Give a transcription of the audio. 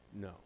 No